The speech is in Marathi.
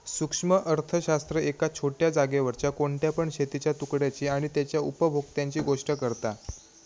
सूक्ष्म अर्थशास्त्र एका छोट्या जागेवरच्या कोणत्या पण शेतीच्या तुकड्याची आणि तेच्या उपभोक्त्यांची गोष्ट करता